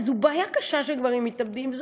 זו בעיה קשה שגברים מתאבדים,